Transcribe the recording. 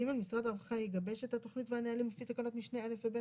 משרד הרווחה יגבש את התכנית והנהלים לפי תקנת משנה (א) ו-(ב)